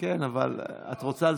כן, אבל את רוצה לסכם,